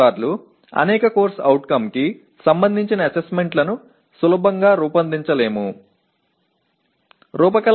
சில நேரங்களில் பல CO தொடர்பான மதிப்பீடுகளை எளிதில் வடிவமைக்க முடியாது